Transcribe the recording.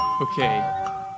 Okay